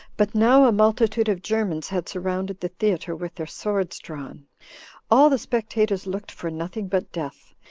but now a multitude of germans had surrounded the theater with their swords drawn all the spectators looked for nothing but death,